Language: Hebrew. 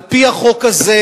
על-פי החוק הזה,